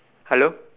hello